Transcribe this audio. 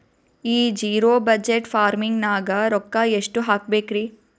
ಈ zero budget farming ನಾಗ್ ರೊಕ್ಕ ಎಷ್ಟು ಹಾಕಬೇಕರಿ?